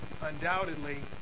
undoubtedly